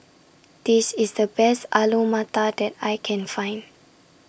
This IS The Best Alu Matar that I Can Find